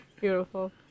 Beautiful